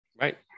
right